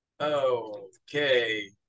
Okay